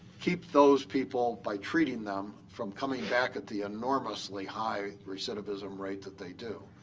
keep those people by treating them from coming back at the enormously high recidivism rate that they do.